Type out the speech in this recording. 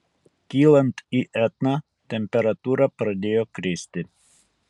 kylant į etną temperatūra pradėjo kristi